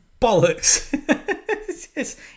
bollocks